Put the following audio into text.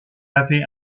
avait